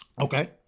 Okay